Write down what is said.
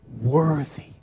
worthy